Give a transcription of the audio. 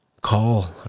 call